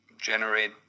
generate